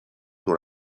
dont